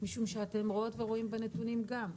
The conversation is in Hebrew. משום שאתם רואים בנתונים גם,